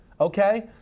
okay